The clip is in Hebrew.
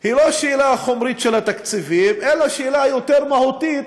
היא לא שאלה חומרית של התקציבים אלא שאלה יותר מהותית,